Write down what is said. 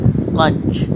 lunch